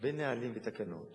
והרבה נהלים ותקנות